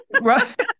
Right